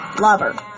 lover